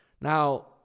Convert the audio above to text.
now